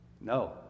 No